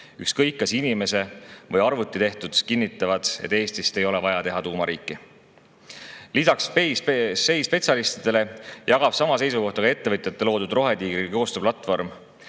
ükskõik kas inimese või arvuti tehtud, kinnitavad, et Eestist ei ole vaja teha tuumariiki. Lisaks SEI spetsialistidele jagab sama seisukohta ka ettevõtjate loodud Rohetiigri koostööplatvorm.